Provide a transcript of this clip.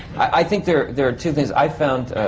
i think there. there are two things. i've found.